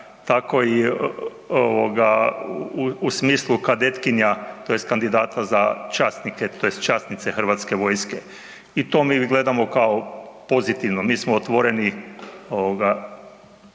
tako i u smislu kadetkinja tj. kandidata za časnike tj. časnice Hrvatske vojske i to mi gledamo kao pozitivno. Mi smo otvoreni